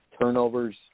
Turnovers